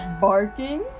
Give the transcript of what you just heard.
Barking